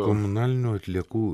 komunalinių atliekų